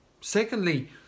Secondly